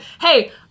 Hey